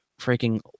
freaking